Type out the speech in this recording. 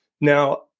Now